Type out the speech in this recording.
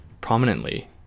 prominently